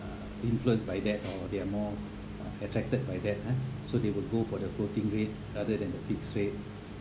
uh influenced by that or they are more uh attracted by that ah so they will go for the floating rate rather than the fixed rate